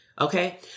Okay